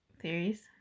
Theories